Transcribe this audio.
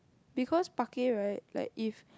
because parquet right like if